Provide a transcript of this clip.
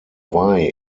wei